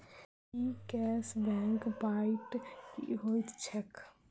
ई cash back point की होइत छैक?